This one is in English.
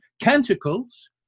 canticles